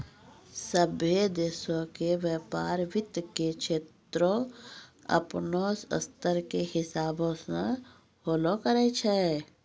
सभ्भे देशो के व्यपार वित्त के क्षेत्रो अपनो स्तर के हिसाबो से होलो करै छै